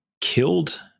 killed